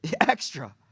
extra